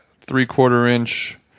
three-quarter-inch